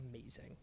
amazing